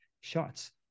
shots